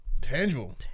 Tangible